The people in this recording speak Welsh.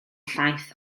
llaeth